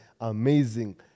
amazing